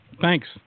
Thanks